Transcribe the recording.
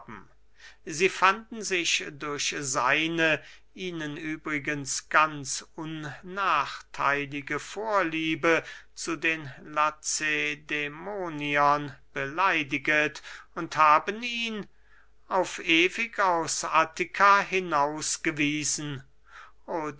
sie fanden sich durch seine ihnen übrigens ganz unnachtheilige vorliebe zu den lacedämoniern beleidiget und haben ihn auf ewig aus attika